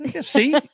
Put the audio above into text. See